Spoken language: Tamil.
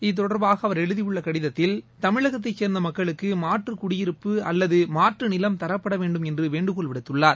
இத்தொடர்பாக அவர் எழுதியுள்ள கடிதத்தில் தமிழகத்தை சேர்ந்த மக்களுக்கு மாற்று குடியிருப்பு அல்லது மாற்று நிலம் தரப்படவேண்டும் என்று வேண்டுகோள் விடுத்துள்ளார்